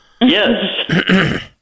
Yes